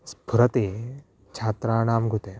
स्फुरति छात्राणां कृते